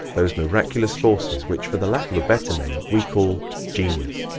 those miraculous forces which, for the lack of a better name, we call genius.